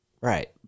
Right